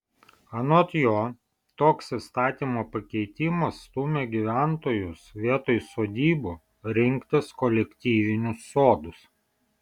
anot jo toks įstatymo pakeitimas stumia gyventojus vietoj sodybų rinktis kolektyvinius sodus